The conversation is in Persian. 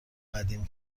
قدیم